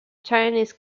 chinese